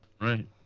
Right